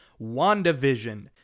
WandaVision